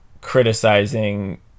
criticizing